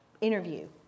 interview